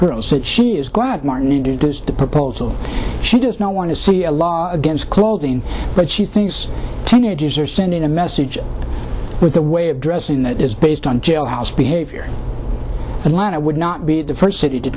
girl said she is glad martin introduced the proposal she does not want to see a law against clothing but she thinks teenagers are sending a message with a way of dressing that is based on jailhouse behavior atlanta would not be the first city to